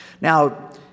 Now